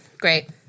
Great